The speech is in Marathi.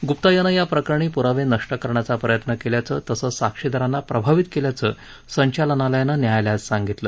गुप्ता यानं या प्रकरणी पुरावे नष्ट करण्याचा प्रयत्न केल्याचं तसंच साक्षीदारांना प्रभावित केल्याचं संचालनालयानं न्यायालयात सांगितलं